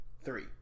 Three